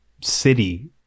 city